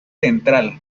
central